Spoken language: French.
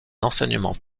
enseignement